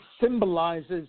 symbolizes